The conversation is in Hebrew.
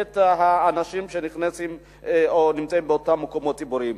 האנשים שנכנסים או נמצאים באותם מקומות ציבוריים.